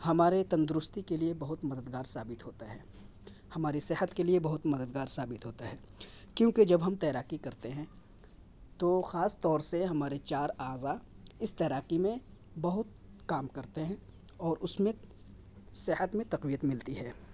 ہمارے تندرستی کے لیے بہت مددگار ثابت ہوتا ہے ہماری صحت کے لیے بہت مددگار ثابت ہوتا ہے کیونکہ جب ہم تیراکی کرتے ہیں تو خاص طور سے ہمارے چار اعضا اس تیراکی میں بہت کام کرتے ہیں اور اس میں صحت میں تقویت ملتی ہے